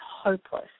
hopeless